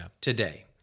today